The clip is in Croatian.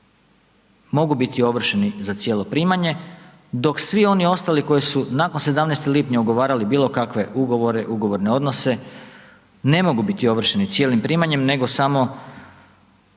mogu biti ovršeni za cijelo primanje, dok svi oni ostali koji su nakon 17. lipnja ugovarali bilo kakve ugovore, ugovorne odnose ne mogu biti ovršeni cijelim primanjem, nego im